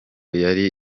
yari